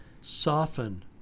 soften